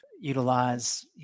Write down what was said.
utilize